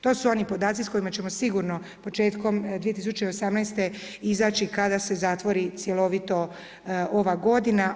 To su oni podaci s kojima ćemo sigurno početkom 2018. izaći kada se zatvori cjelovito ova godina.